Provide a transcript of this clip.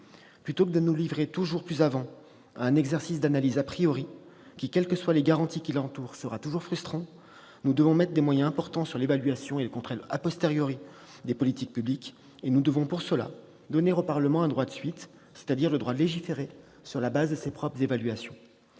Plutôt que de nous livrer, toujours plus avant, à un exercice d'analyse qui, quelles que soient les garanties qui l'entourent, sera toujours frustrant, nous devons consacrer des moyens importants à l'évaluation et au contrôle des politiques publiques. Nous devons, pour cela, donner au Parlement un « droit de suite »: le droit de légiférer sur la base de ses propres évaluations.